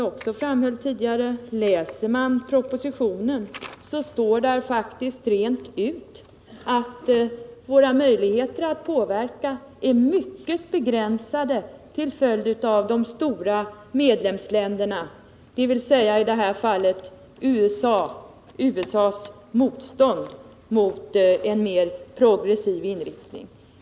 Men som jag framhöll också tidigare finner man, om man läser propositionen, att det där faktiskt rent ut sägs att våra möjligheter att påverka är mycket begränsade till följd av de stora medlemsländernas, i det här fallet USA:s, motstånd mot en mer progressiv inriktning.